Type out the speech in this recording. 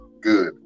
good